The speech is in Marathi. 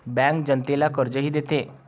बँक जनतेला कर्जही देते